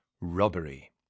robbery